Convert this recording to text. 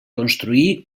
construí